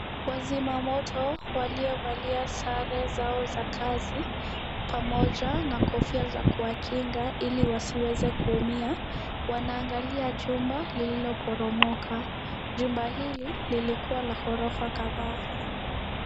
Wazima Moto waliovalia sare zao za kazi pamoja na Kofia za kuwakinga iko wasiweze kuumia. Wanaangalia chumba lililoporoka. Jumba hili lilikuwa na ghorofa kadhaa.